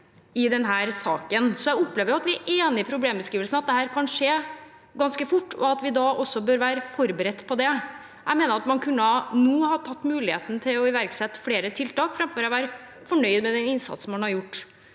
i denne saken. Jeg opplever at vi er enige om problembeskrivelsen, at dette kan skje ganske fort, og at vi da også bør være forberedt på det. Jeg mener at man nå kunne hatt muligheten til å iverksette flere tiltak, framfor å være fornøyd med den innsatsen man har gjort.